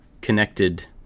connected